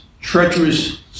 treacherous